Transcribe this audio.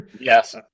Yes